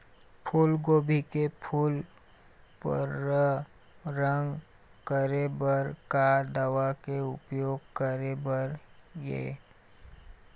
फूलगोभी के फूल पर्रा रंग करे बर का दवा के उपयोग करे बर ये?